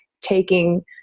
taking